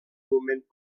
moment